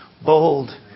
bold